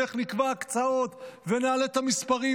ואיך נקבע הקצאות ונעלה את המספרים,